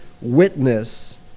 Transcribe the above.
witness